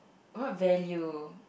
what value